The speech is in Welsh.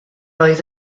oedd